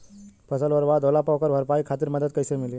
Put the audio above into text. फसल बर्बाद होला पर ओकर भरपाई खातिर मदद कइसे मिली?